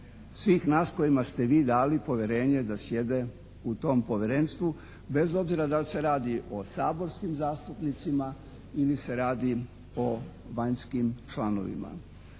svih nas kojima ste vi dali povjerenje da sjede u tom povjerenstvu bez obzira da li se radi o saborskim zastupnicima ili se radi o vanjskim članovima.